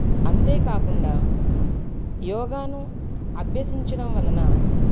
అంతేకాకుండా యోగాను అభ్యసించడం వలన